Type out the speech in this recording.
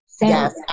Yes